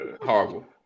Horrible